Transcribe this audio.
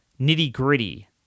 nitty-gritty